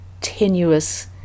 tenuous